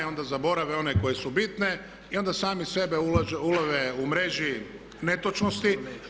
Onda zaborave one koje su bitne i onda sami sebe ulove u mreži netočnosti.